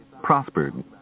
prospered